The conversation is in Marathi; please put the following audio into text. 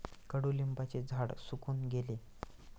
कडुलिंबाचे झाड सुकून गेले